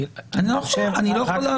אני פשוט לא יכול להבין.